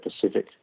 Pacific